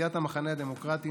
סיעת המחנה הדמוקרטי,